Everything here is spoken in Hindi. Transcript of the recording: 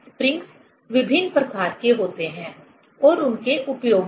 स्प्रिंग्स विभिन्न प्रकार के होते हैं और उनके उपयोग भी